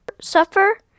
suffer